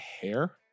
hair